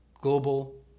global